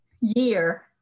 year